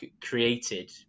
created